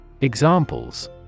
Examples